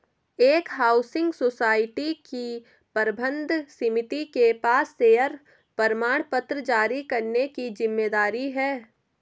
एक housing society की प्रबंध समिति के पास शेयर प्रमाणपत्र जारी करने की जिम्मेदारी है